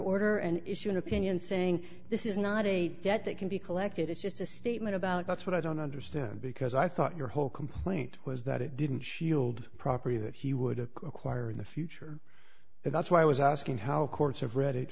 order and issue an opinion saying this is not a debt that can be collected it's just a statement about that's what i don't understand because i thought your whole complaint was that it didn't shield property that he would acquire in the future and that's why i was asking how courts